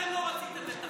אתם לא רציתם לתכנן.